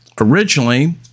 originally